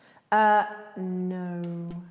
ah no.